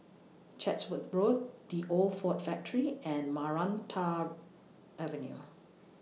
Chatsworth Road The Old Ford Factory and Maranta Avenue